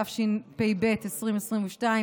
התשפ"ב 2022,